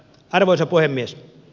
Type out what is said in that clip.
arvoisa puhemies